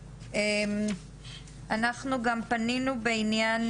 אנחנו גם פנינו בעניין